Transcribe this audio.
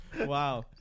Wow